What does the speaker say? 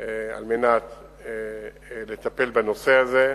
על מנת לטפל בנושא הזה.